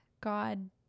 God